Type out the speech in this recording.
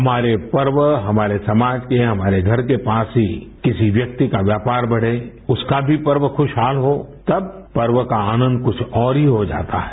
हमारे पर्व हमारे समाज के हमारे घर के पास ही किसी व्यक्ति का व्यापार बढ़े उसका भी पर्व खुशहाल हो तब पर्व का आनंद कुछ और ही हो जाता है